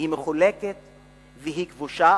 היא מחולקת והיא כבושה.